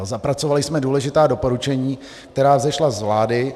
Zapracovali jsme důležitá doporučení, která vzešla z vlády.